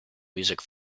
music